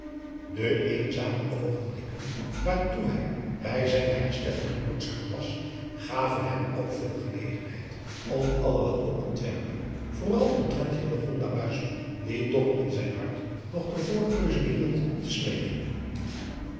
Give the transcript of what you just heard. de eenzame oogenblikken waartoe hij bij zijne herstelling genoodzaakt was gaven hem ook veel gelegenheid om allerhande ontwerpen vooral omtrent hillegonda buisman die toch in zijn hart nog de voorkeuze behield te smeden